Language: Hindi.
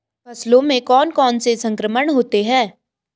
फसलों में कौन कौन से संक्रमण होते हैं?